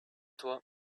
toi